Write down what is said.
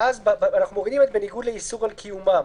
ואז אנחנו מורידים את "בניגוד לאיסור על קיומם".